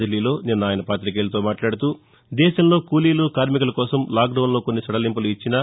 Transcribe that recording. దిబ్లీలో నిన్న పాతికేయులతో మాట్లాడుతూ దేశంలో కూలీలు కార్మికుల కోసం లాక్ డౌన్లో కాన్ని సడలింపులు ఇచ్చినా